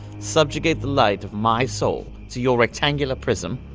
subjugate the light of my soul to your rectangular prism?